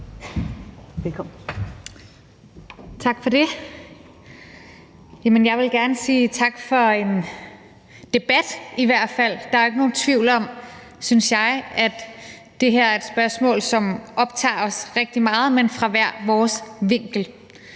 Tak for det. Jeg vil gerne sige tak for en debat – i hvert fald. Der er ikke nogen tvivl om, synes jeg, at det her er et spørgsmål, som optager os rigtig meget, men fra hver vores vinkel.